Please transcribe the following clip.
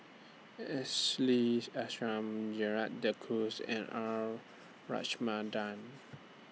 Ashley Isham Gerald De Cruz and R Ramachandran